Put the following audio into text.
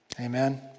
Amen